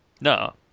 no